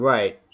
Right